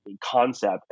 Concept